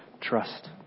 trust